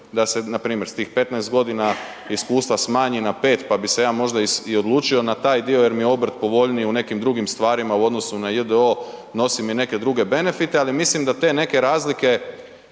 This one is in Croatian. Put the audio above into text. da se npr. s tih 15 g. iskustva smanji na 5 pa bi se ja možda i odlučio na taj dio jer mi je obrt povoljniji u nekim stvarima u odnosu na j.d.o.o., nosi mi neke druge benefite ali mislim da te neke razlike